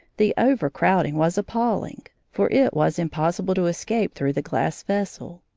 the overcrowding was appalling, for it was impossible to escape through the glass vessel.